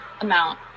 amount